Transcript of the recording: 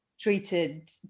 treated